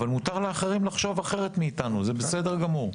אבל מותר לאחרים לחשוב אחרת מאיתנו, זה בסדר גמור.